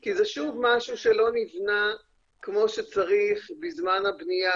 כי זה שוב משהו שלא נבנה כמו שצריך בזמן הבניה.